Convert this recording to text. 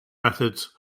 methods